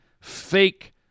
fake